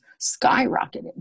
skyrocketed